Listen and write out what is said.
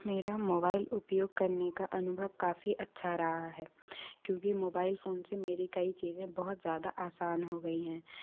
मेरा मोबाइल उपयोग करने का अनुभव काफ़ी अच्छा रहा है क्योंकि मोबाइल फ़ोन से मेरे कई चीज़ें बहुत ज़्यादा आसान हो गई हैं